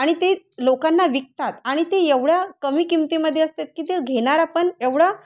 आणि ते लोकांना विकतात आणि ते एवढ्या कमी किमतीमध्ये असतात की ते घेणारा आपण एवढं